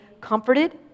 comforted